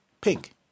pink